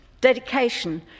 dedication